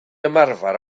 ymarfer